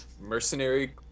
mercenary